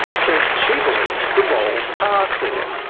says she believes the roles are clear.